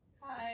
Hi